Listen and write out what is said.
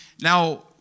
Now